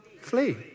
flee